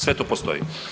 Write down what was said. Sve to postoji.